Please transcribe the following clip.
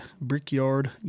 brickyard